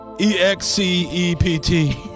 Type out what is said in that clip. E-X-C-E-P-T